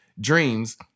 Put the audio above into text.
dreams